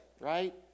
right